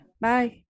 Bye